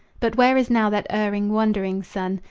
but where is now that erring, wandering son,